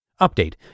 Update